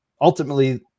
Ultimately